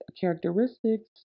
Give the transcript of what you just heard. characteristics